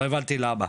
לא הבנתי למה.